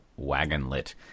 Wagonlit